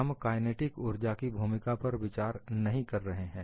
हम काइनेटिक ऊर्जा की भूमिका पर विचार नहीं कर रहे हैं